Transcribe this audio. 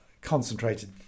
concentrated